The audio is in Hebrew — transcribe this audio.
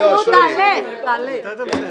תודה רבה, אני נועל את הישיבה.